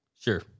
Sure